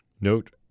Note